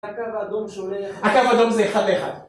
הקו האדום שולח... הקו האדום זה 1-1